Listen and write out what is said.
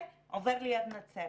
עובר ליד נצרת.